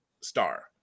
Star